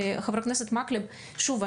חבר הכנסת מקלב: שוב,